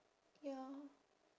ya